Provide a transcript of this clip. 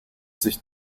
sich